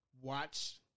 watch